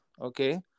Okay